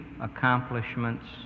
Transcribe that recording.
accomplishments